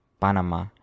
Panama